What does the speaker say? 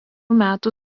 metų